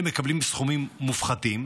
אלה מקבלים סכומים מופחתים.